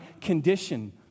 condition